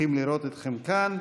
שמחים לראות אתכם כאן.